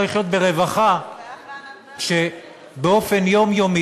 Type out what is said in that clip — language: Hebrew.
אבל איך אפשר לחיות ברווחה כשבאופן יומיומי,